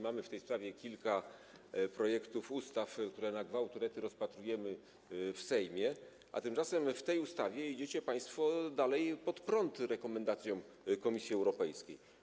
Mamy w tej sprawie kilka projektów ustaw, które na gwałt rozpatrujemy w Sejmie, a tymczasem w tej ustawie idziecie państwo dalej pod prąd, jeżeli chodzi o rekomendacje Komisji Europejskiej.